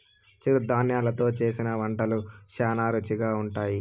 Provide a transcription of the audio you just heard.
చిరుధాన్యలు తో చేసిన వంటలు శ్యానా రుచిగా ఉంటాయి